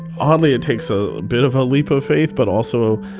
oddly, it takes a bit of a leap of faith, but also